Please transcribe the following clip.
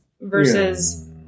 versus